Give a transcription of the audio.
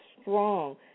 strong